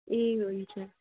ए हुन्छ